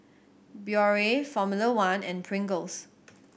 Biore Formula One and Pringles